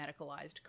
medicalized